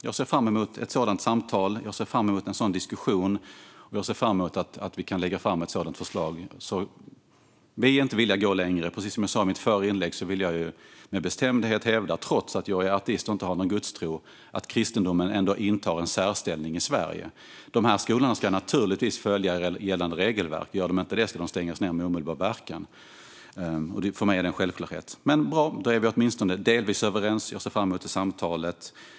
Jag ser fram emot ett sådant samtal, jag ser fram emot en sådan diskussion och jag ser fram emot att vi kan lägga fram ett sådant förslag. Vi är inte villiga att gå längre. Precis som jag sa i mitt förra inlägg vill jag med bestämdhet hävda, trots att jag är ateist och inte har någon gudstro, att kristendomen ändå intar en särställning i Sverige. Dessa skolor ska naturligtvis följa gällande regelverk. Gör de inte det ska de stängas ned med omedelbar verkan. För mig är det en självklarhet. Men då är vi åtminstone delvis överens. Jag ser fram emot samtalet.